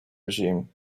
regime